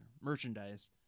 merchandise